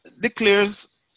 declares